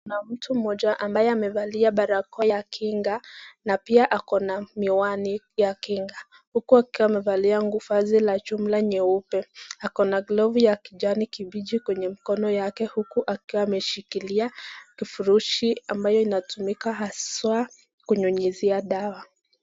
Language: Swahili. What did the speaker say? Kuna mtu mmoja ambaye amevalia barakoa ya kinga na pia ako na miwani ya kinga huku akiwa amevalia vazi la jumla nyeupe. Ako na glovu ya kijani kibichi kwenye mkono yake huku akiwa ameshikilia kifurushi ambayo inatumika haswa kunyunyizia dawa.